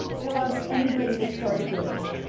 it allows anybody to start a business,